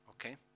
Okay